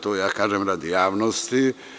To ja kažem radi javnosti.